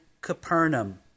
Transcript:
Capernaum